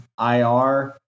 ir